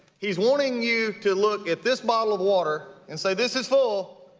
he's wanting you to look at this bottle of water and say this is full,